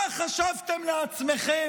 מה חשבתם לעצמכם?